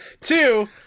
Two